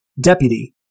deputy